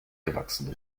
gewachsen